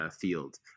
Field